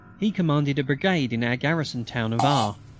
he commanded a brigade in our garrison town of r.